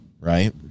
right